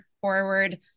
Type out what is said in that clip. forward